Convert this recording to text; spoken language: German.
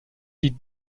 die